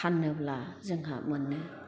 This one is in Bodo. फानोब्ला जोंहा मोनो